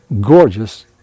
gorgeous